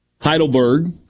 Heidelberg